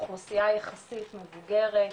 האוכלוסייה יחסית מבוגרת,